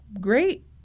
great